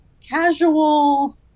casual